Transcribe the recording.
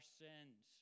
sins